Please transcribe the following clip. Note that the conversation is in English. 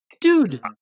Dude